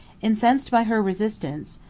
incensed by her resistance,